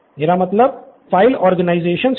मेरा मतलब file organisation से है